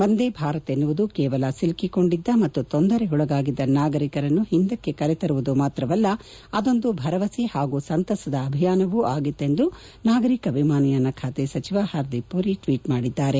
ವಂದೇ ಭಾರತ್ ಎನ್ನುವುದು ಕೇವಲ ಸಿಲುಕಿಕೊಂಡಿದ್ದ ಮತ್ತು ತೊಂದರೆಗೊಳಗಾಗಿದ್ದ ನಾಗರಿಕರನ್ನು ಹಿಂದಕ್ಕೆ ಕರೆತರುವುದು ಮಾತ್ರವಲ್ಲ ಅದೊಂದು ಭರವಸೆ ಹಾಗೂ ಸಂತಸದ ಅಭಿಯಾನವೂ ಆಗಿತ್ತೆಂದು ನಾಗರಿಕ ವಿಮಾನಯಾನ ಖಾತೆ ಸಚಿವ ಹರ್ ದೀಪ್ ಪುರಿ ಟ್ಲೀಟ್ ಮಾದಿದ್ದಾರೆ